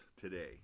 today